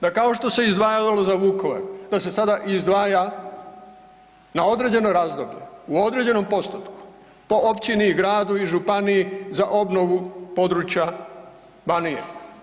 Da kao što se izdvajalo za Vukovar da se sada izdvaja na određeno razdoblje u određenom postotku po općini i gradu i županiji za obnovu područja Banije.